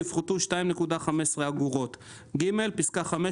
יופחתו 2.15 אגורות."; (ג)פסקה (5)